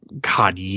God